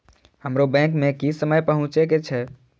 हमरो बैंक में की समय पहुँचे के छै?